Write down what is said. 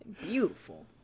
Beautiful